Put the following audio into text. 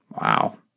wow